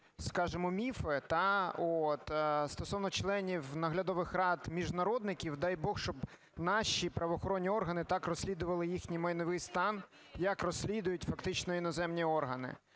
скажемо, міфи стосовно членів наглядових рад міжнародників. Дай бог, щоб наші правоохоронні органи так розслідували їхній майновий стан, як розслідують фактично іноземні органи.